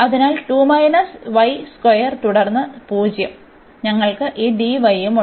അതിനാൽ തുടർന്ന് മൈനസ് 0 അതിനാൽ ഞങ്ങൾക്ക് ഈ മുണ്ട്